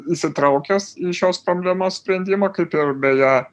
įsitraukęs į šios problemos sprendimą kaip ir beje